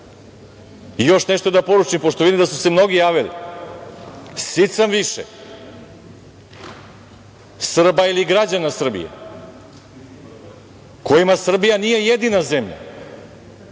nešto da poručim, pošto vidim da su se mnogi javili. Sit sam više Srba ili građana Srbije kojima Srbija nije jedina zemlja